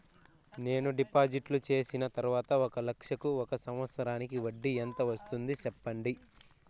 నేను డిపాజిట్లు చేసిన తర్వాత ఒక లక్ష కు ఒక సంవత్సరానికి వడ్డీ ఎంత వస్తుంది? సెప్పండి?